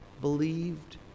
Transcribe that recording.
believed